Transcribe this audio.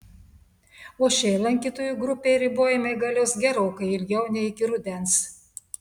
o šiai lankytojų grupei ribojimai galios gerokai ilgiau nei iki rudens